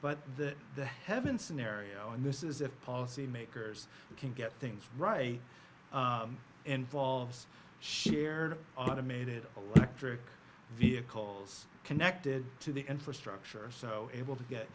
but the the heaven scenario in this is if policymakers can get things right involves shared automated electric vehicles connected to the infrastructure so able to